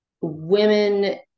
women